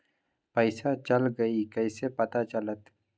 पैसा चल गयी कैसे पता चलत?